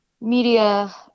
media